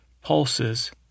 Pulses